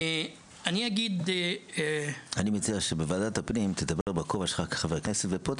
אני מציע שבוועדת הפנים תדבר בכובע שלך כחבר כנסת ופה,